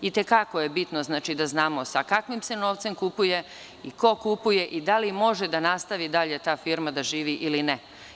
I te kako je bitno da znamo sa kakvim se novcem kupuje i ko kupuje, i da li može da nastavi dalje ta firma da živi ili ne.